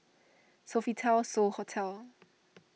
Sofitel So Hotel